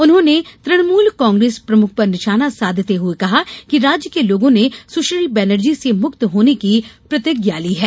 उन्होंने तृणमूल कांग्रेस प्रमुख पर निशाना साधते हुये कहा कि राज्य के लोगों ने सुश्री बनर्जी से मुक्त होने की प्रतिज्ञा ली है